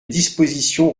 dispositions